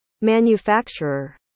manufacturer